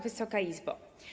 Wysoka Izbo!